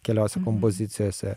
keliose kompozicijose